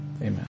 Amen